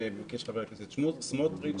שביקש חבר הכנסת סמוטריץ',